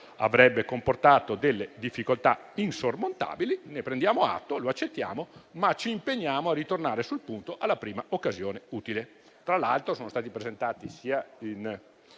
avrebbe comportato difficoltà insormontabili; ne prendiamo atto e lo accettiamo, ma ci impegniamo a ritornare sul punto alla prima occasione utile.